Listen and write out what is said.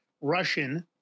russian